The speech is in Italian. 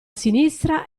sinistra